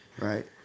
right